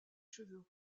cheveux